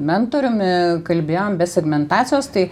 mentoriumi kalbėjom be segmentacijos tai